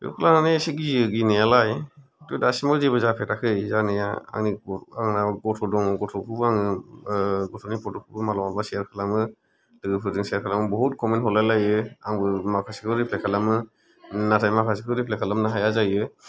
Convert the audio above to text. बेखौ लानानै एसे गियो गिनायालाय खिन्थु दासिमाव जेबो जाफेराखै जानाया आंनि आंना गथ' दङ गथ'खौबो आङो गथ'नि फट खौबो मालाबा मालाबा सेयर खालामो लोगोफोरजों सेयर खालामो बहुथ खमेन्ट हरलाय लायो आंबो माखासेखौ रिप्लाय खालामो नाथाय माखासेखौ रिप्लाय खालामनो हाया जायो